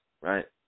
Right